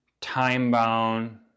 time-bound